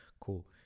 cool